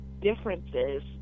differences